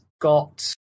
got